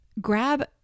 grab